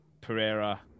Pereira